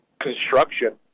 construction